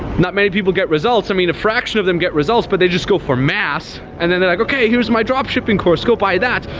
not many people get results. i mean, a fraction of them get results, but they just go for mass. and then they're like, okay, here's my dropshipping course. go buy that.